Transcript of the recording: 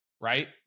right